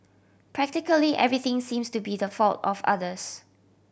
practically everything seems to be the fault of others